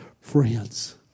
friends